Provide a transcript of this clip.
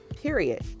Period